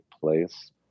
place